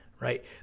right